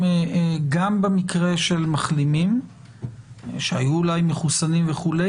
גם במקרה של מחלימים שהיו אולי מחוסנים וכו',